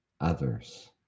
others